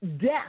death